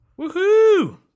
Woohoo